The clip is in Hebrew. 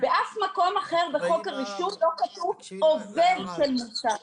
באף מקום אחר בחוק הרישוי לא כתוב "עובד של מוסך".